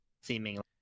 seemingly